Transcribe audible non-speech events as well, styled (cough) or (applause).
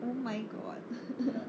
oh my god (laughs)